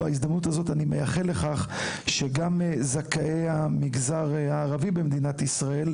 בהזדמנות זו אני מייחל לכך שגם זכאי המגזר הערבי במדינת ישראל